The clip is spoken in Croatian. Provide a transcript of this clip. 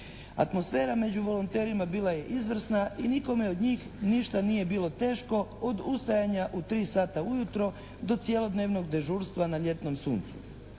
Atmosfera među volonterima bila je izvrsna i nikome od njih ništa nije bilo teško od ustajanja u tri sada ujutro do cjelodnevnog dežurstva na ljetnom suncu.